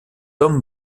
tom